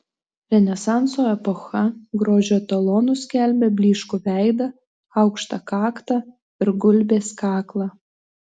renesanso epocha grožio etalonu skelbė blyškų veidą aukštą kaktą ir gulbės kaklą